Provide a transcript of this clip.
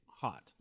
hot